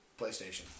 PlayStation